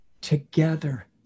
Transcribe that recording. together